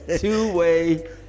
Two-way